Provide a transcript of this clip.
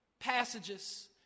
passages